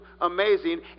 amazing